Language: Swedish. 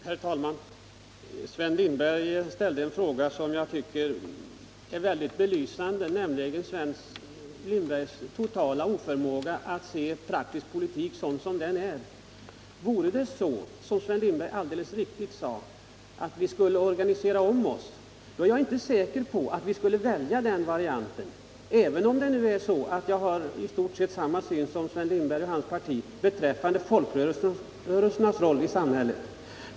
Herr talman! Sven Lindberg ställde en fråga som jag tycker är väldigt belysande för hans totala oförmåga att se praktisk politik sådan som den är. Vore det så, som Sven Lindberg alldeles riktigt sade, att vi skulle organisera om verksamheten, då är jag inte säker på att vi skulle välja den organisationsform vi har i dag, även om jag har i stort sett samma syn som Sven Lindberg och hans parti på folkrörelsernas roll i samhället.